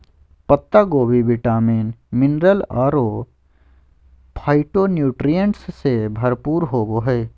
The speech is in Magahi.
पत्ता गोभी विटामिन, मिनरल अरो फाइटोन्यूट्रिएंट्स से भरपूर होबा हइ